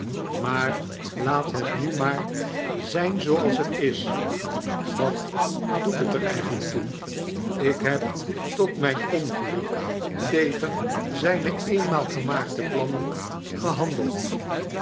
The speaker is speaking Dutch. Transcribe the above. maar laat het nu maar zijn zooals het is wat doet het er eigenlijk toe ik heb tot mijn ongeluk tegen zijne eenmaal gemaakte plannen gehandeld